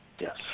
Yes